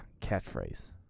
Catchphrase